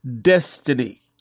destiny